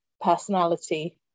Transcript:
personality